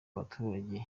baturage